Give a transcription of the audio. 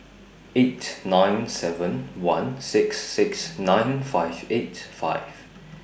eight nine seven one six six nine five eight five